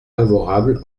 favorable